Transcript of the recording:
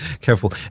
careful